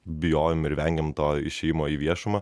bijojom ir vengėm to išėjimo į viešumą